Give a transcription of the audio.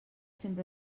sempre